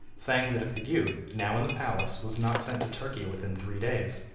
saying that if the youth, now in the palace, was not sent to turkey within three days,